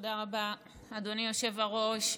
תודה רבה, אדוני היושב-ראש.